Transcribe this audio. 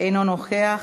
אינו נוכח.